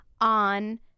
on